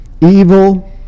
evil